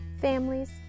families